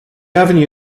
avenue